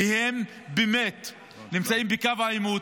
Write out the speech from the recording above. כי הם באמת נמצאים בקו העימות.